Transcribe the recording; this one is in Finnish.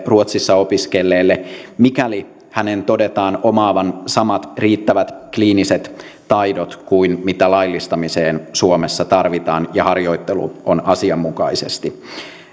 ruotsissa opiskelleelle mikäli hänen todetaan omaavan samat riittävät kliiniset taidot kuin mitä laillistamiseen suomessa tarvitaan ja harjoittelu on asianmukaisesti